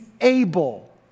able